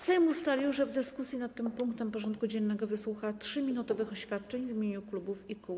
Sejm ustalił, że w dyskusji nad tym punktem porządku dziennego wysłucha 3-minutowych oświadczeń w imieniu klubów i kół.